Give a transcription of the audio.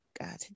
god